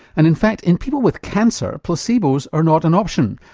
and in fact in people with cancer, placebos are not an option.